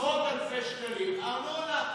עשרות אלפי שקלים ארנונה,